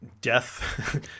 death